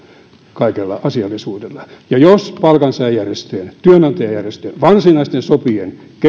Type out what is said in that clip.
kaikella asiallisuudella ja jos palkansaajajärjestöjen työnantajajärjestöjen varsinaisten sopijapuolien